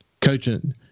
Coaching